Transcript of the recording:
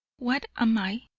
what am i,